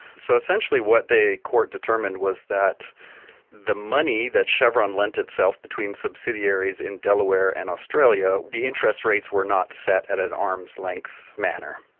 so essentially what the court determined was that the money that chevron lent itself between subseries in delaware and australia, the interest rates were not set at an arm's length manner,